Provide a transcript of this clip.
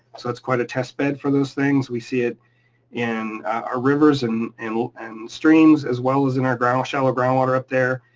so it's quite a test bed for those things. we see it in our rivers and and and streams as well as in our ground, shallow ground water up there,